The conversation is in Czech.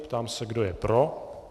Ptám se, kdo je pro.